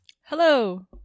Hello